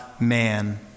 man